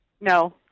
No